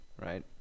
Right